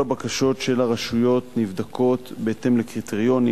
כל הבקשות של הרשויות נבדקות בהתאם לקריטריונים.